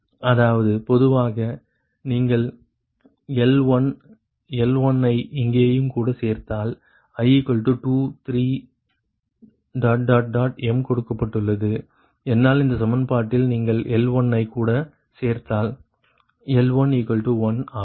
அதாவது பொதுவாக நீங்கள் L1 L1 ஐ இங்கேயும் கூட சேர்த்தால் i 2 3m கொடுக்கப்பட்டுள்ளது என்னால் இந்த சமன்பாட்டில் நீங்கள் L1 ஐ கூட சேர்த்தால் L11 ஆகும்